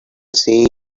say